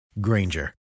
Granger